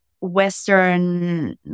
Western